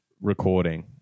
recording